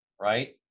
right